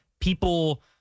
people